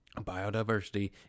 Biodiversity